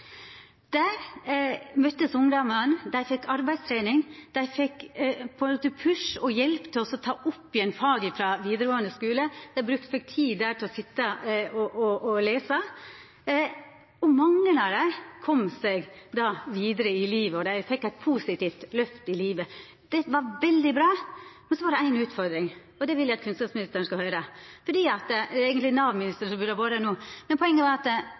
Der møttest ungdomane, dei fekk arbeidstrening, dei fekk push og hjelp til å ta opp igjen fag frå vidaregåande skule, dei fekk tid der til å sitja og lesa. Mange av dei kom seg då vidare i livet, og dei fekk eit positivt løft. Dette var veldig bra, men så var det ei utfordring, og det vil eg at kunnskapsministeren skal høyra. Det er eigentleg Nav-ministeren som burde ha vore her no, men poenget er at